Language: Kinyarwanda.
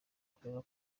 akorera